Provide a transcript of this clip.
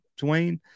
Dwayne